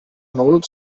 nul